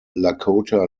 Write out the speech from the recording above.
lakota